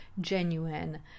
genuine